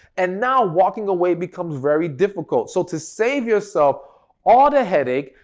and now, walking away becomes very difficult. so, to save yourself all the headache,